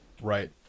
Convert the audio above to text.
Right